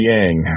Yang